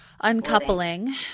uncoupling